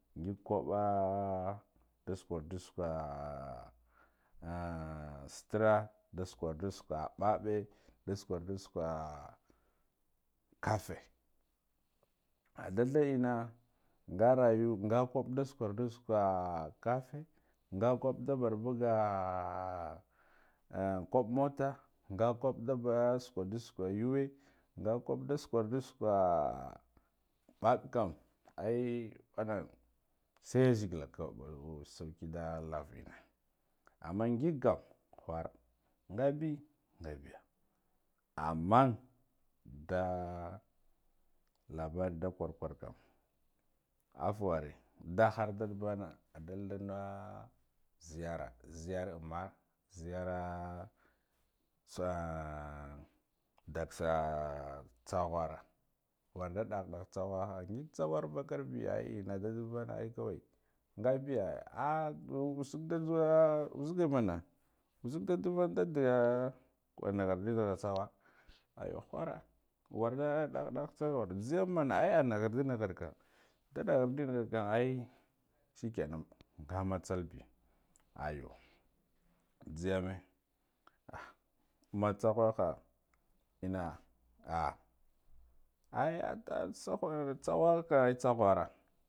Ngig koɓa da sukwadu sukwa sitira da sukwardu sukwa ɓaɓe da sukwa ardu sukwa kafe a dalda ina nga rayu nga kaɓ da sakwardu sukwa kafe nga koɓ da barbuga ahh ehh koɓ mota nga koɓ da ba da sukwada sukwa yuwa nga kaɓ da sukwardu ɓab kam ehh wan nan sai yazgila kawai mɓo sauki da lavin amma nging kam whara ngabi ngabiyu amma da labar da kwarkwar kam avware dahar dadbana adalda na ziyara ziyarma var zi yara swa daksa tsaghara warda dah dan tsaghaha ngig tsarghu vakarbiya ai ina dad vana ai kawai ngabiya usig da jhuwa uzige mana uzik da duva da da wa naghardinigha tsagha ayo whara warda dahbah jhiyam ai a nighardi nigharka da nighardinighakam ai shikenan nga matsalbi ayo joth jhiyame ahhn ma tsaghaha ina ah ai ata shh saho tsaghar kam ai tsaghara